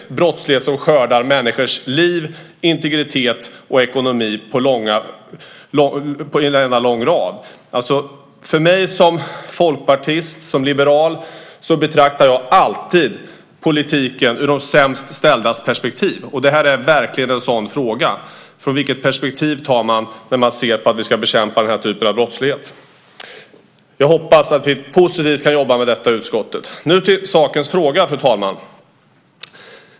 Det handlar om brottslighet som skördar människors liv, integritet och ekonomi i lång rad. Som folkpartist och liberal betraktar jag alltid politiken ur de sämst ställdas perspektiv. Det här är verkligen en sådan fråga. Vilket perspektiv har man när det handlar om att bekämpa den här typen av brottslighet? Jag hoppas att vi positivt ska jobba med det i utskottet. Så till dagens fråga, fru talman.